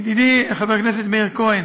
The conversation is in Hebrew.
ידידי חבר הכנסת מאיר כהן,